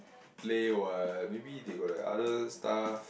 play what maybe they got the other stuff